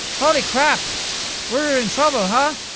holy crap we're in trouble, huh?